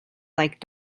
like